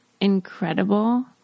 incredible